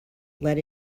let